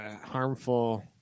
harmful